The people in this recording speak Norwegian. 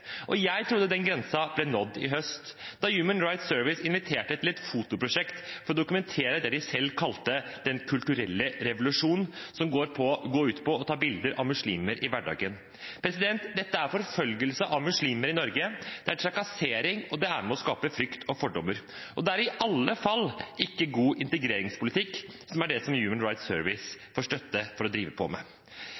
finansiere. Jeg trodde den grensen ble nådd i høst, da Human Rights Service inviterte til et fotoprosjekt for å dokumentere det de selv kalte «den kulturelle revolusjonen», som går ut på å ta bilder av muslimer i hverdagen. Dette er forfølgelse av muslimer i Norge. Det er trakassering, det er med på å skape frykt og fordommer, og det er i alle fall ikke god integreringspolitikk Human Rights Service